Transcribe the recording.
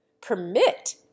Permit